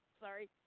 sorry